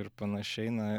ir panašiai na